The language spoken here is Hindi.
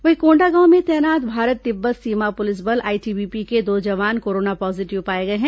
वहीं कोंडागांव में तैनात भारत तिब्बत सीमा पुलिस बल आईटीबीपी के दो जवान कोरोना पॉजिटिव पाए गए हैं